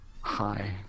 Hi